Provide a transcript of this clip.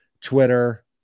Twitter